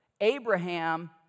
Abraham